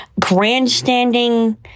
grandstanding